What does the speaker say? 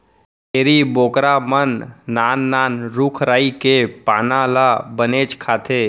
छेरी बोकरा मन नान नान रूख राई के पाना ल बनेच खाथें